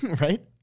right